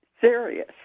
serious